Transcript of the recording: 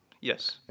Yes